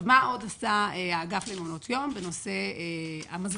מה עוד עשה האגף למעונות יום בנושא המזרקים?